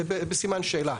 זה בסימן שאלה.